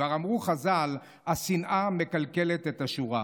כבר אמרו חז"ל: השנאה מקלקלת את השורה.